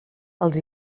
els